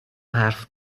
حرف